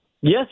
Yes